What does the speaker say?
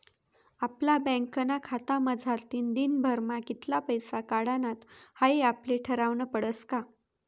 आपला बँकना खातामझारतीन दिनभरमा कित्ला पैसा काढानात हाई आपले ठरावनं पडस का